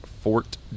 Fort